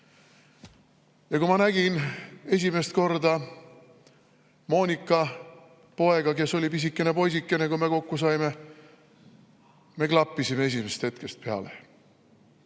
Ja kui ma nägin esimest korda Moonika poega, kes oli pisikene poisikene, kui me kokku saime, siis me klappisime esimesest hetkest peale